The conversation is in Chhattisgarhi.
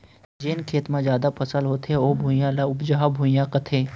जेन खेत म जादा फसल होथे ओ भुइयां, ल उपजहा भुइयां कथें